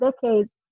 decades